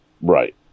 Right